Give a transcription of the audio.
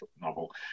novel